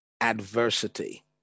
adversity